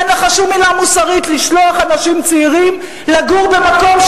אין לך שום עילה מוסרית לשלוח אנשים צעירים לגור במקום,